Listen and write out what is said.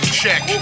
check